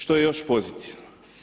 Što je još pozitivno?